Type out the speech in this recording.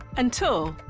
until,